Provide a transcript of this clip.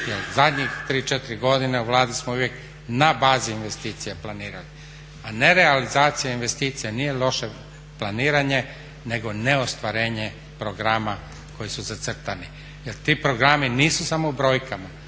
zadnjih 3, 4 godine u Vladi smo uvijek na bazi investicija planirali a nerealizacija investicija nije loše planiranje nego neostvarenje programa koji su zacrtani. Jer ti programi nisu samo u brojkama